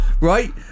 right